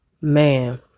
Man